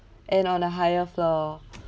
and on a higher floor